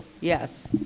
Yes